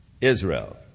Israel